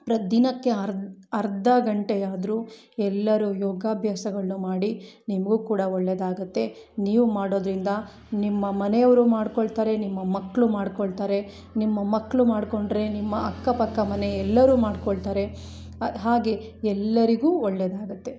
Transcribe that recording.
ಪ್ರ ದಿನಕ್ಕೆ ಅರ್ಧ ಅರ್ಧ ಗಂಟೆಯಾದ್ರು ಎಲ್ಲರು ಯೋಗಾಭ್ಯಾಸಗಳ್ನ ಮಾಡಿ ನಿಮಗೂ ಕೂಡ ಒಳ್ಳೆದಾಗುತ್ತೆ ನೀವು ಮಾಡೋದರಿಂದ ನಿಮ್ಮ ಮನೆಯವರು ಮಾಡಿಕೊಳ್ತಾರೆ ನಿಮ್ಮ ಮಕ್ಕಳು ಮಾಡಿಕೊಳ್ತಾರೆ ನಿಮ್ಮ ಮಕ್ಕಳು ಮಾಡಿಕೊಂಡ್ರೆ ನಿಮ್ಮ ಅಕ್ಕಪಕ್ಕ ಮನೆಯ ಎಲ್ಲರೂ ಮಾಡಿಕೊಳ್ತಾರೆ ಹಾಗೇ ಎಲ್ಲರಿಗೂ ಒಳ್ಳೇದಾಗುತ್ತೆ